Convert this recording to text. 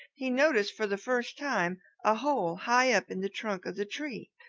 he noticed for the first time a hole high up in the trunk of the tree,